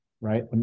right